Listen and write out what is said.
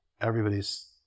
everybody's